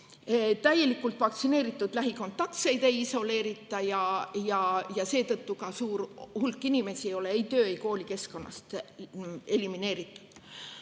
Täielikult vaktsineeritud lähikontaktseid ei isoleerita ja seetõttu ka suur hulk inimesi ei ole ei töö- ega koolikeskkonnast elimineeritud.